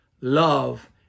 love